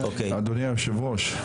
אדוני היושב ראש,